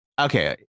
okay